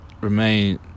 remain